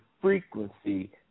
frequency